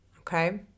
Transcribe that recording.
Okay